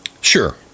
Sure